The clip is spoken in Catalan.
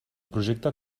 projecte